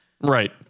Right